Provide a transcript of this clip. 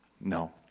No